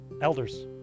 elders